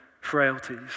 frailties